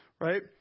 right